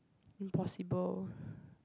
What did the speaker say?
impossible